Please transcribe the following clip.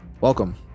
welcome